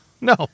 No